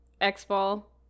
x-ball